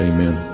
Amen